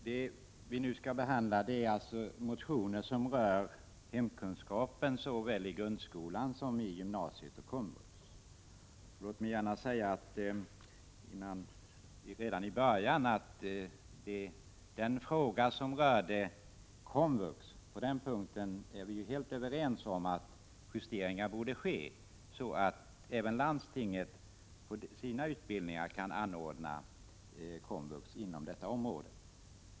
Herr talman! Det som vi nu behandlar är motioner som rör hemkunskapen såväl i grundskolan som i gymnasieskolan och inom komvux. Låt mig redan inledningsvis säga att när det gäller komvux är vi helt överens om att det borde göras sådana justeringar att även landstingen i sina utbildningar inom detta område kan anordna kommunal vuxenutbildning.